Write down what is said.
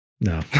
No